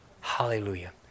Hallelujah